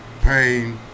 Pain